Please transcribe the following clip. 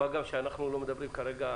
מה גם שאנחנו לא מדברים כרגע,